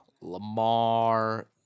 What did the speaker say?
Lamar